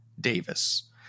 Davis